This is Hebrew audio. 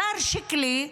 השר שיקלי,